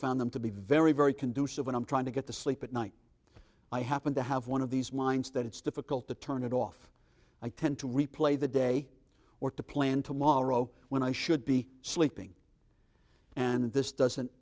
found them to be very very conducive when i'm trying to get to sleep at night i happen to have one of these minds that it's difficult to turn it off i tend to replay the day or to plan tomorrow when i should be sleeping and this doesn't